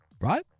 right